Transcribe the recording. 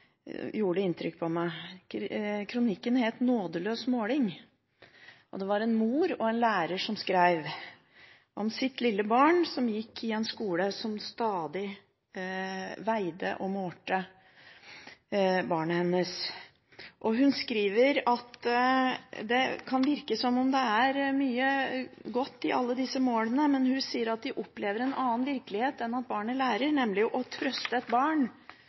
gjorde inntrykk på meg. Kronikken het «Nådeløs måling i skolen», og det var en mor og lærer som skrev om sitt lille barn som gikk i en skole som stadig veide og målte barnet hennes. Hun skriver at det kan virke som om det er mye godt i alle disse målene, men at de opplever en annen virkelighet enn at barnet lærer, nemlig å trøste et barn